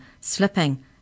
slipping